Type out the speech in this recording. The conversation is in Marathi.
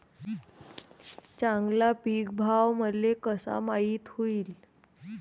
चांगला पीक भाव मले कसा माइत होईन?